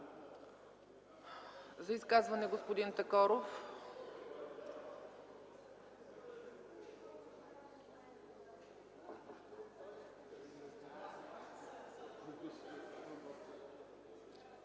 за изказване, господин Миков.